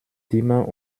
dimmer